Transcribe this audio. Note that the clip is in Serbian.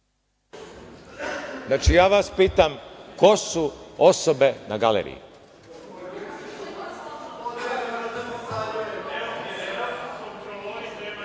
Znači, ja vas pitam – ko su osobe na galeriji?